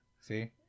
See